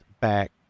back